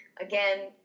Again